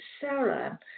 Sarah